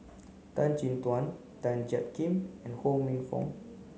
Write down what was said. Tan Chin Tuan Tan Jiak Kim and Ho Minfong